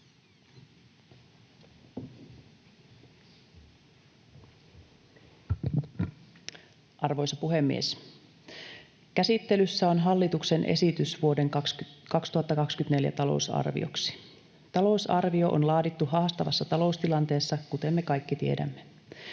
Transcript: Arvoisa puhemies! Käsittelyssä on hallituksen esitys vuoden 2024 talousarvioksi. Talousarvio on laadittu haastavassa taloustilanteessa, kuten me kaikki tiedämme.